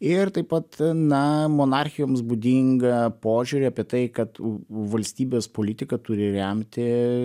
ir taip pat na monarchijoms būdingą požiūrį apie tai kad valstybės politiką turi remti